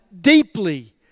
deeply